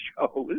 shows